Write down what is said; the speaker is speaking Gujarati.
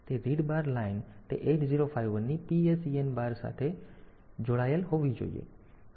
તેથી તે રીડ બાર લાઇન તે 8051 ની PSEN બાર લાઇન સાથે જોડાયેલ હોવી જોઈએ